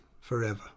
forever